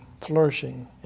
flourishing